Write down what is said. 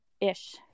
ish